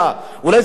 אולי זה לא חשוב.